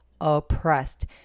oppressed